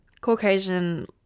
Caucasian